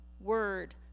word